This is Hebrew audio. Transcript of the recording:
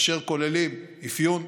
אשר כוללים אפיון,